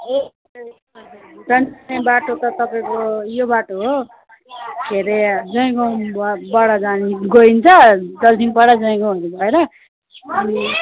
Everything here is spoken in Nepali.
ए भुटान जाने बाटो त तपाईँको यो बाटो हो के अरे जयगाउँब बाट जाने गइन्छ दलसिँहपाडा जयगाउँहरू भएर अनि